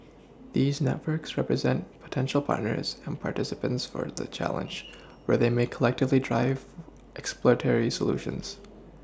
these networks represent potential partners and participants for the challenge where they may collectively drive exploratory solutions